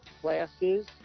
classes